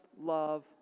love